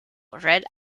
red